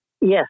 Yes